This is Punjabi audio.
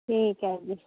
ਠੀਕ ਹੈ ਜੀ